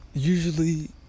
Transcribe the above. Usually